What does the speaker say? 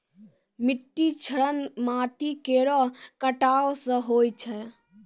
मिट्टी क्षरण माटी केरो कटाव सें होय छै